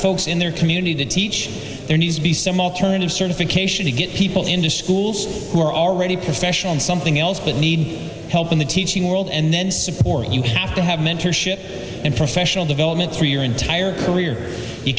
folks in their community to teach there needs to be similar turn of certification to get people into schools who are already professional in something else but need help in the teaching world and then support you have to have mentorship and professional development through your entire career you